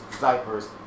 diapers